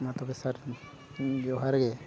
ᱢᱟ ᱛᱚᱵᱮ ᱥᱟᱨ ᱡᱚᱦᱟᱨ ᱜᱮ